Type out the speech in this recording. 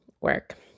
work